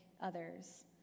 others